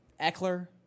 Eckler